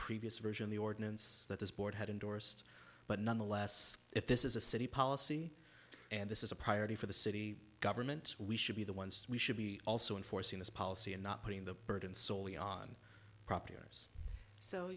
previous version the ordinance that this board had endorsed but nonetheless if this is a city policy and this is a priority for the city government we should be the ones we should be also enforcing this policy and not putting the burden soley on property owners so